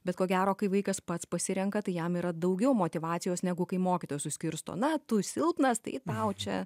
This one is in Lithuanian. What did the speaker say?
bet ko gero kai vaikas pats pasirenka tai jam yra daugiau motyvacijos negu kai mokytojas suskirsto na tu silpnas tai tau čia